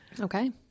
Okay